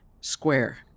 square